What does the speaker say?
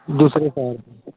दूसरे का है